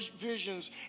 visions